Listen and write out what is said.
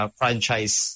franchise